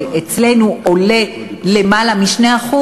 שאצלנו עולה למעלה מ-2%,